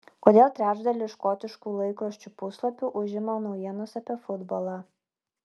kodėl trečdalį škotiškų laikraščių puslapių užima naujienos apie futbolą